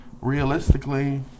realistically